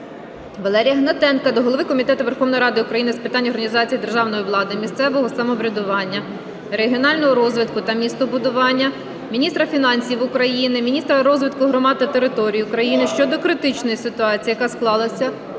Валерія Гнатенка до голови Комітету Верховної Ради України з питань організації державної влади, місцевого самоврядування, регіонального розвитку та містобудування, міністра фінансів України, міністра розвитку громад та територій України щодо критичної ситуації, яка склалась у зв'язку